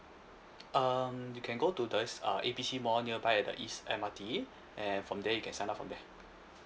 um you can go to the ea~ uh A B C mall nearby the east M_R_T and from there you can sign up from there